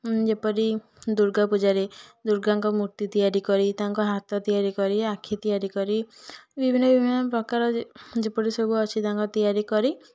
ମୁଁ ଯେପରି ଦୁର୍ଗାପୂଜାରେ ଦୁର୍ଗାଙ୍କ ମୂର୍ତ୍ତି ତିଆରି କରି ତାଙ୍କ ହାତ ତିଆରି କରି ଆଖି ତିଆରି କରି ବିଭିନ୍ନ ବିଭିନ୍ନ ପ୍ରକାର ଯେ ଯେପରି ସବୁ ଅଛି ତାଙ୍କର ତିଆରି କରି